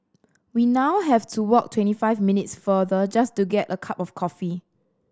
we now have to walk twenty five minutes farther just to get a cup of coffee